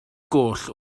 goll